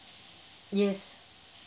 yes